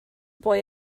boy